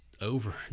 over